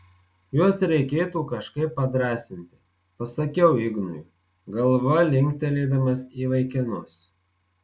juos reikėtų kažkaip padrąsinti pasakiau ignui galva linktelėdamas į vaikinus